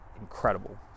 incredible